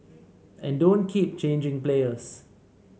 and don't keep changing players